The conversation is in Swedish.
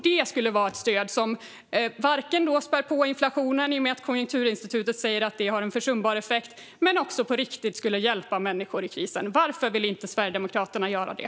Det skulle vara ett stöd som inte spär på inflationen - Konjunkturinstitutet säger att det har en försumbar effekt - men som ändå skulle hjälpa människor i krisen. Varför vill inte Sverigedemokraterna göra det?